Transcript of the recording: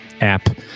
app